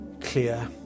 clear